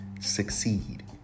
succeed